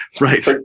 Right